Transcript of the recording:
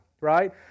Right